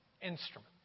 instrument